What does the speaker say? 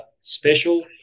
special